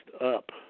up